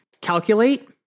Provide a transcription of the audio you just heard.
Calculate